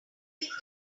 minute